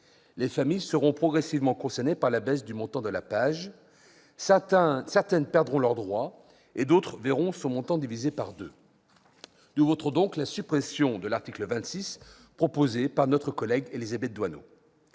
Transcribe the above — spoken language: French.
les familles seront progressivement concernées par la baisse du montant de la PAJE, certaines perdront leurs droits et d'autres verront le montant de leur prestation divisé par deux. Nous voterons donc la suppression de l'article 26 proposée par notre collègue Élisabeth Doineau.